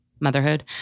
motherhood